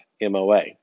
MOA